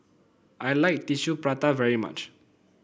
I like Tissue Prata very much